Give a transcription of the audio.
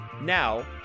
now